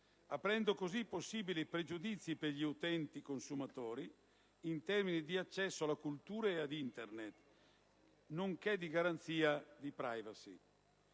aprendo così possibili pregiudizi agli utenti/consumatori in termini di accesso alla cultura e ad Internet, nonché di garanzia di*privacy*.